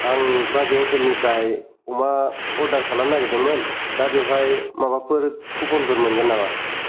आं बाजै हतेल निफ्राय अमा अर्दार खालामनो नागिरदोंमोन दा बेवहाय माबाफोर खुफन फोर मोनगोन नामा